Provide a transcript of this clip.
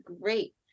great